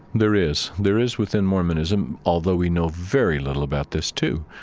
there is. there is within mormonism, although we know very little about this too,